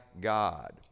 God